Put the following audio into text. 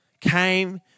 came